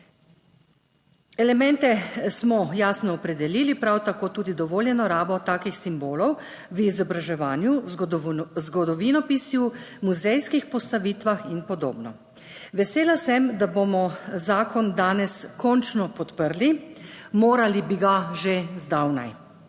Elemente smo jasno opredelili. Prav tako tudi dovoljeno rabo takih simbolov v izobraževanju, zgodovinopisju, muzejskih postavitvah in podobno. Vesela sem, da bomo zakon danes končno podprli, morali bi ga že zdavnaj.